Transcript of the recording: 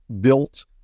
built